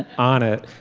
and on it.